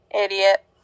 Idiot